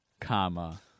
comma